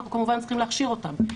אנחנו כמובן צריכים להכשיר אותן.